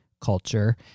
culture